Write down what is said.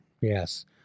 Yes